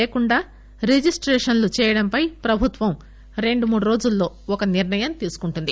లేకుండా రిజిస్టేషన్లు చేయడం పై ప్రభుత్వం రెండు మూడు రోజుల్లో ఒక నిర్ణయం తీసుకుంటుంది